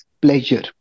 pleasure